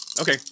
Okay